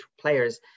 players